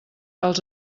els